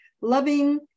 loving